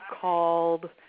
called